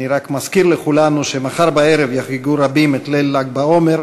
אני רק מזכיר לכולנו שמחר בערב יחגגו רבים את ליל ל"ג בעומר,